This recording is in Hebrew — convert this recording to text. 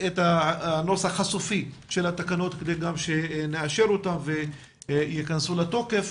הנוסח הסופי של התקנות שנאשר אותם והם ייכנסו לתוקף.